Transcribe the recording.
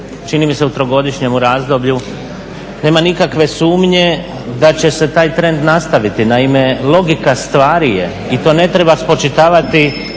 čini mi se u trogodišnjem razdoblju. Nema nikakve sumnje da će se taj trend nastaviti. Naime, logika stvari je i to ne treba spočitavati